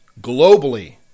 globally